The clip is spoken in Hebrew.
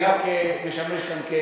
אני רק משמש כאן,